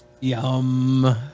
Yum